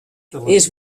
faltes